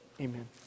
amen